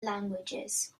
languages